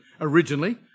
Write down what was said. originally